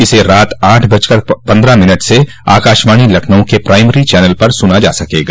इसे रात आठ बजकर पन्द्रह मिनट से आकशवाणी लखनऊ के प्राइमरी चैनल पर सुना जा सकेगा